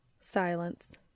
Silence